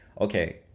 okay